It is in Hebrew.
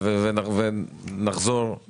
וברגע שהרשימה תגיע והכנסת תחזור מחופשה מרוכזת,